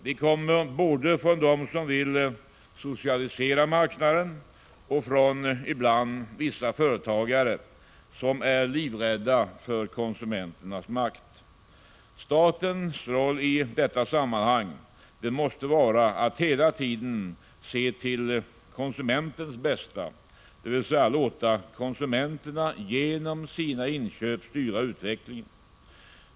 De kommer från dem som vill socialisera marknaden och också från vissa företagare som är livrädda för konsumenternas makt. Statens roll i detta sammanhang måste vara att hela tiden se till konsumentens bästa, dvs. att låta konsumenterna genom sina inköp styra utvecklingen.